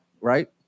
right